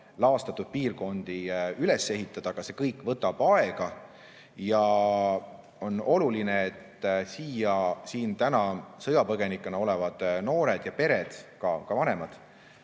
laastatud piirkondi üles ehitada, aga see kõik võtab aega. On oluline, et siin täna sõjapõgenikena olevad noored ja pered, ka vanemad,